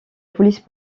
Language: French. police